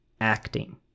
acting